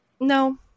no